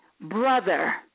brother